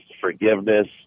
forgiveness